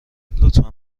لطفا